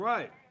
Right